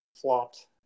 flopped